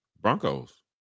Broncos